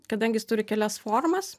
kadangi jis turi kelias formas